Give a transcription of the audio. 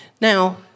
Now